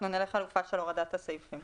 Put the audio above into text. אנחנו נלך על הרעיון של הורדת הסעיפים.